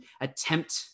attempt